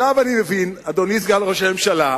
עכשיו אני מבין, אדוני סגן ראש הממשלה,